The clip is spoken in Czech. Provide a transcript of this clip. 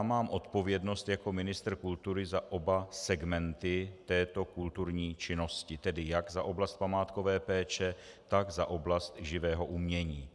Mám odpovědnost jako ministr kultury za oba segmenty této kulturní činnosti, tedy jak za oblast památkové péče, tak za oblast živého umění.